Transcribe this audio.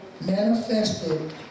manifested